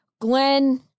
Glenn